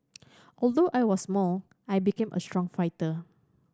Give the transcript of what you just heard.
although I was small I became a strong fighter